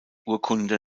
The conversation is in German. urkunde